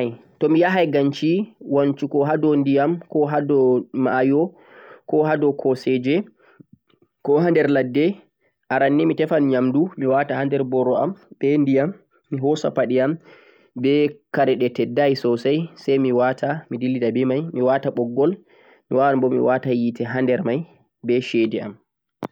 Tomi yahan ganshi wanshugo hado ndiyam ko hado mayo ko hado koseje ko ha nder ladde, aran nii mi tefan nyamdu mi wata ha nder boro'am be ndiyam, mi hosa paɗe'am be kare ɗe teddai sosai sai mi wata mi dillidaɓe mai, mi wata ɓoggol me wawan bo mi wata yeete ha nder mai be shede'am.